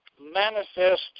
manifest